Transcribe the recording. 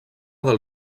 del